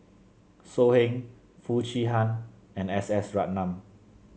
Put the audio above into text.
So Heng Foo Chee Han and S S Ratnam